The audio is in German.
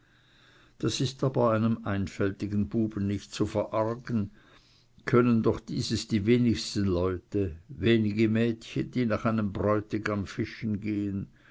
das ist aber einem einfältigen buben nicht zu verargen können doch dieses die wenigsten leute wenige mädchen die nach bräutigams fischen gehen